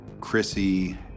Chrissy